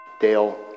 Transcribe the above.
Dale